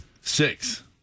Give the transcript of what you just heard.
Six